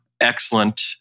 excellent